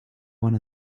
one